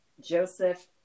Joseph